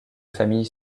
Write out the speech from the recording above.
famille